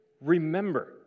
remember